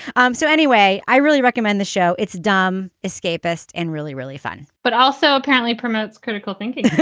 um so anyway, i really recommend the show. it's dumb, escapist and really, really fun but also apparently promotes critical thinking.